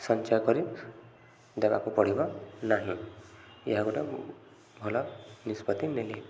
ସଞ୍ଚୟ କରି ଦେବାକୁ ପଡ଼ିବ ନାହିଁ ଏହା ଗୋଟେ ଭଲ ନିଷ୍ପତ୍ତି ନେଲି